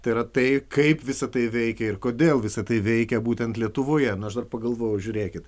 tai yra tai kaip visa tai veikia ir kodėl visa tai veikia būtent lietuvoje nu aš dar pagalvojau žiūrėkit